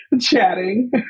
chatting